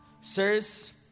Sirs